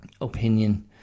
opinion